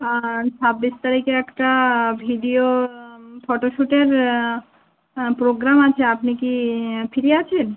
ছাব্বিশ তারিখে একটা ভিডিও ফটোশুটের পোগ্রাম আছে আপনি কি ফ্রি আছেন